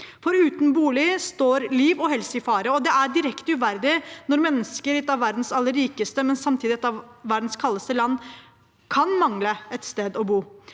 Uten bolig står liv og helse i fare. Det er direkte uverdig når mennesker i et av verdens aller rikeste, men samtidig et av verdens kaldeste land kan mangle et sted å bo.